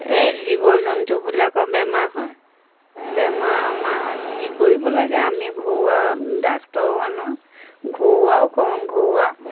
এই জীৱ জন্তুবিলাকৰ বেমাৰ হয় বেমাৰ আমাৰ কি কৰিব লাগে আমি ঘৰুৱা ডাক্তৰো আনো ঘৰুৱাও কৰোঁ ঘৰুৱা